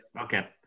Okay